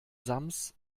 sams